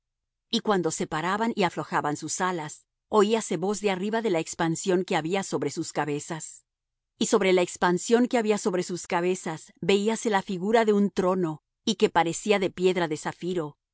y cuando se paraban y aflojaban sus alas oíase voz de arriba de la expansión que había sobre sus cabezas y sobre la expansión que había sobre sus cabezas veíase la figura de un trono y que parecía de piedra de zafiro